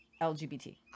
LGBT